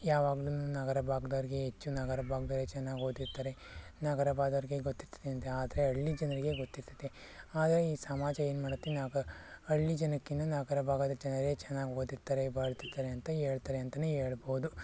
ಯಾವಾಗ್ಲು ನಗರ ಭಾಗ್ದೋರ್ಗೆ ಹೆಚ್ಚು ನಗರ ಭಾಗ್ದರೆ ಚೆನ್ನಾಗಿ ಓದಿರ್ತಾರೆ ನಗರ ಬಾದೋರ್ಗೆ ಗೊತ್ತಿರ್ತದೆ ಅಂತೆ ಆದರೆ ಹಳ್ಳಿ ಜನರಿಗೆ ಗೊತ್ತಿರ್ತತೆ ಆದರೆ ಈ ಸಮಾಜ ಏನು ಮಾಡತ್ತೆ ನಾವು ಹಳ್ಳಿ ಜನಕ್ಕಿನ್ನ ನಗರ ಭಾಗದ ಜನರೇ ಚೆನ್ನಾಗಿ ಓದಿರ್ತಾರೆ ಬಾಳ್ತಿರ್ತಾರೆ ಅಂತ ಹೇಳ್ತಾರೆ ಅಂತಾನೆ ಹೇಳ್ಬೋದು